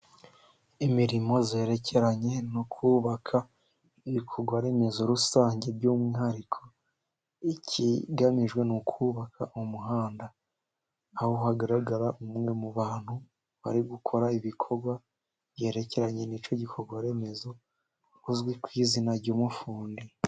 Imirimo yerekeranye no kubaka, ibikorwa remezo rusange by'umwihariko, ikigamijwe ni ukubaka umuhanda aho hagaraga umwe mu bantu bari gukora ibikorwa byerekeranye n'icyo gikorwa remezo uzwi ku izina ry'umufundi.